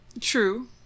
True